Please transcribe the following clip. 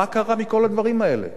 מה קרה מכל הדברים האלה?